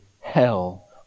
hell